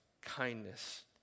kindness